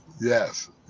yes